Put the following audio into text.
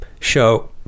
show